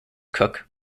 cook